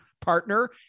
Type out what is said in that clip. partner